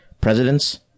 Presidents